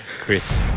Chris